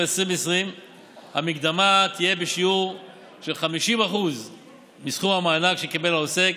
2020. המקדמה תהיה בשיעור של 50% מסכום המענק שקיבל העוסק